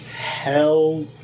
Hell